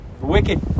wicked